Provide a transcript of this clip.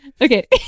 Okay